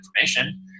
information